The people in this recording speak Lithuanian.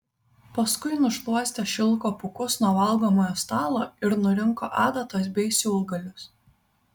paskui nušluostė šilko pūkus nuo valgomojo stalo ir nurinko adatas bei siūlgalius